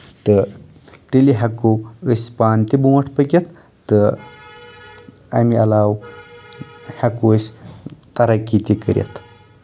تہٕ تیٚلہِ ہٮ۪کو أسۍ پانہٕ تہِ بروٚنہہ پٔکِتھ تہٕ اَمہِ عَلاوٕ ہٮ۪کو أسۍ ترقی تہِ کٔرِتھ